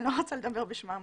אני לא רוצה לדבר בשמם.